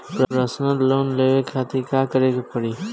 Personal loan लेवे खातिर का करे के पड़ी?